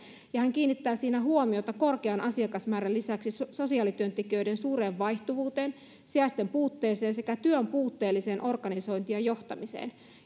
hän kiinnittää siinä huomiota korkean asiakasmäärän lisäksi sosiaalityöntekijöiden suureen vaihtuvuuteen sijaisten puutteeseen sekä työn puutteelliseen organisointiin ja johtamiseen